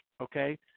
okay